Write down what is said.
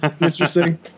Interesting